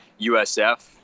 USF